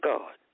God